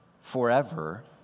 forever